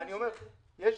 יש דברים,